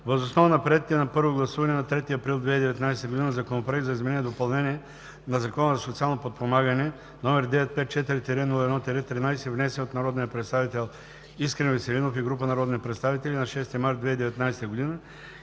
въз основа на приетите на първо гласуване на 3 април 2019 г. Законопроект за изменение и допълнение на Закона за социално подпомагане, № 954-01-13, внесен от народния представител Искрен Веселинов и група народни представители на 6 март 2019 г.,